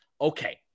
Okay